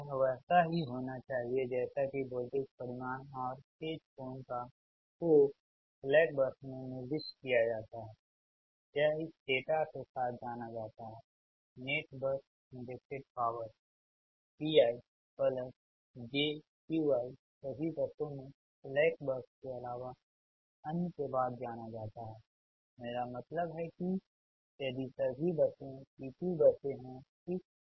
यह वैसा ही होना चाहिए जैसा कि वोल्टेज परिमाण और फेज कोण को स्लैक बस में निर्दिष्ट किया जाता है यह इस डेटा के साथ जाना जाता है net bus injected power PijQ iसभी बसों में स्लैक बस के अलावा अन्य के बाद जाना जाता है मेरा मतलब है कि यदि सभी बसें P Q बसें हैं ठीक